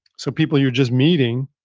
so people you're just meeting,